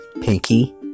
Pinky